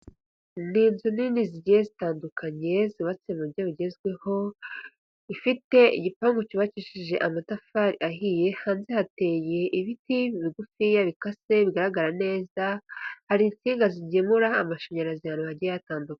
Ni inzu nini zigiye zitandukanye, zubatse mu buryo bugezweho, ifite igipangu cyubakishije amatafari ahiye, hanze hateye ibiti bigufiya bikase bigaragara neza, hari insinga zigemura amashanyarazi ahantu hagiye hatandukanye.